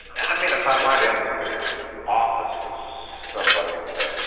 i mean if i went into the office of somebody and said,